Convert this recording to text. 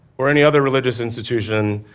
or any other religious institution,